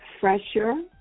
fresher